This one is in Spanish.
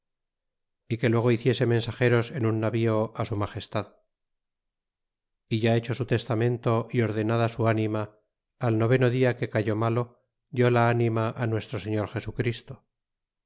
y que luego hiciese mensageros en un navío á su magestad e ya hecho su testamento y ordenada su ánima al noveno dia que cayó malo dió la ánima nuestro señor jesu christo